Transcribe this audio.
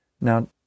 Now